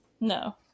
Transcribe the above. no